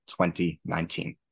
2019